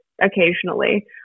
occasionally